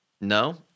No